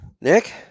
Nick